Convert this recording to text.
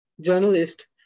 journalist